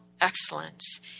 excellence